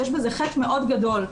יש בזה חטא מאוד גדול,